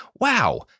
Wow